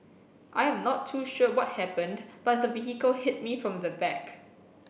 I am not too sure what happened but the vehicle hit me from the back